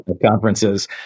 conferences